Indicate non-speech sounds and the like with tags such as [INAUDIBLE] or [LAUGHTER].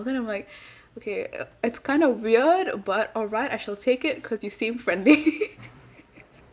then I'm like okay it's kind of weird but alright I shall take it because you seem friendly [LAUGHS]